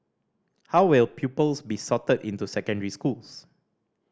how will pupils be sorted into secondary schools